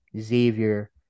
Xavier